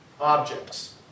objects